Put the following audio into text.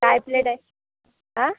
काय प्लेट आहे आं